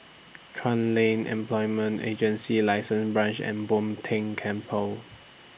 Chuan Lane Employment Agency lessen Branch and Bo Tien Temple